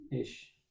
ish